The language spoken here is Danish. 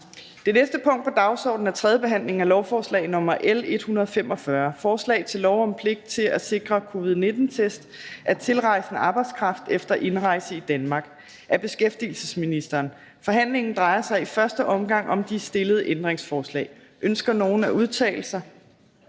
Det næste punkt på dagsordenen er: 4) 3. behandling af lovforslag nr. L 145: Forslag til lov om pligt til at sikre covid-19-test af tilrejsende arbejdskraft efter indrejse i Danmark. Af beskæftigelsesministeren (Peter Hummelgaard). (Fremsættelse 26.01.2021. 1. behandling